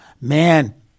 man